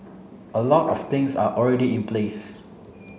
a lot of things are already in place